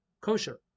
kosher